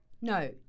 No